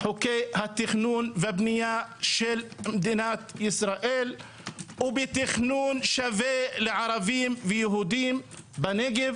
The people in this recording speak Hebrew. חוקי התכנון והבנייה של מדינת ישראל ובתכנון שווה לערבים ויהודים בנגב.